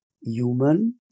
human